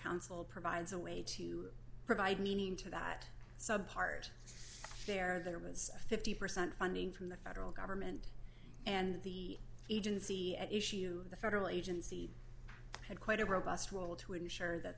council provides a way to provide meaning to that subpart fair there was a fifty percent funding from the federal government and the agency at issue the federal agency had quite a robust role to ensure that